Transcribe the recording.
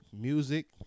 music